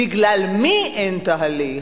בגלל מי אין תהליך,